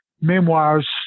memoirs